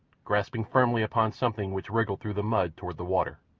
grasping firmly upon something which wriggled through the mud toward the water.